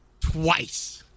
twice